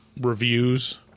reviews